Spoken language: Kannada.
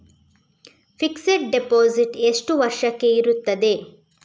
ಫಿಕ್ಸೆಡ್ ಡೆಪೋಸಿಟ್ ಎಷ್ಟು ವರ್ಷಕ್ಕೆ ಇರುತ್ತದೆ?